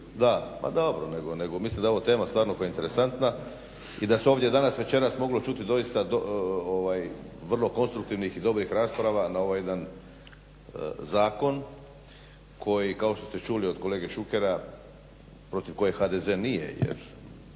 naš posao. Pa da, mislim da je ovo tema stvarno interesantna i da su ovdje danas, večeras moglo čuti doista vrlo konstruktivnih i dobrih rasprava na ovaj jedan zakon koji kao što ste čuli od kolege Šukera protiv kojeg HDZ nije